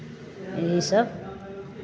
यही सभ